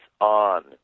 on